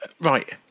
Right